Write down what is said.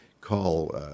call